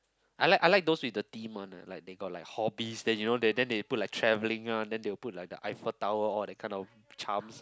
I like I like those with thirty month like they got the hobbies then you know they then they put like traveling lah then they will put like the Eiffel-Tower all that kind of charms